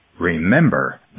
Remember